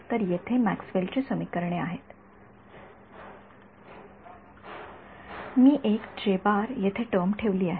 तर येथे मॅक्सवेलची समीकरणे आहेत मी एक येथे टर्म ठेवली आहे